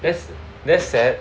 that's that's sad